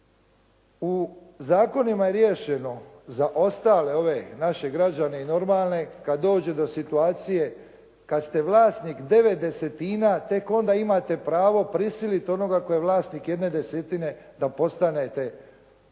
U zakonima riješeno za ostale ove naše građane i normalne kada dođe do situacije kada ste vlasnik devet desetina tek onda imate pravo prisiliti onoga tko je vlasnik jedne desetine da postanete i